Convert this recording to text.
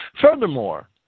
Furthermore